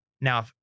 now